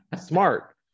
smart